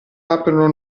aprono